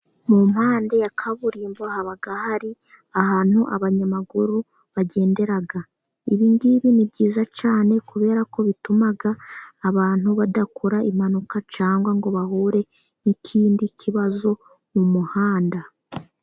Mu mpande ya kaburimbo, haba hari ahantu abanyamaguru bagendera, ibi ngibi ni byiza cyane, kubera ko bituma abantu badakora impanuka, cyangwa ngo bahure n'ikindi kibazo mu muhanda.